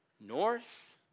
north